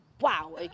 wow